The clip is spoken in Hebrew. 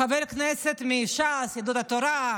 חברי כנסת מש"ס, יהדות התורה,